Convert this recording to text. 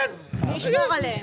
כן, לשמור עליו.